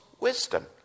wisdom